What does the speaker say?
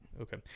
Okay